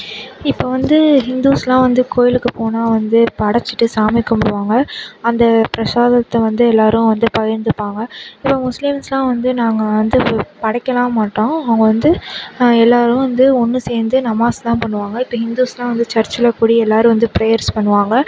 இப்போ வந்து ஹிந்துஸ்லாம் வந்து கோவிலுக்கு போனால் வந்து படைச்சிட்டு சாமி கும்பிடுவாங்க அந்த பிரசாதத்த வந்து எல்லோரும் வந்து பகிர்ந்துப்பாங்க இப்போ முஸ்லீம்ஸ்லாம் வந்து நாங்கள் வந்து படைக்கலாம் மாட்டோம் அவங்க வந்து எல்லாரும் வந்து ஒன்று சேர்ந்து நமாஸ் தான் பண்ணுவாங்க இப்போ ஹிந்துஸ்லாம் வந்து சர்ச்சில் கூடி எல்லோரும் வந்து பிரேயர்ஸ் பண்ணுவாங்க